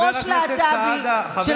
חבר הכנסת סעדה, חבר הכנסת סעדה.